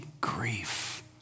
grief